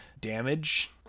damage